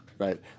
Right